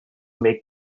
make